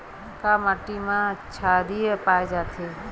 का माटी मा क्षारीय पाए जाथे?